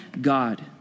God